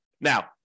Now